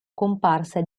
comparsa